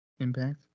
impact